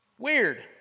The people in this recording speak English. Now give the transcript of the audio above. weird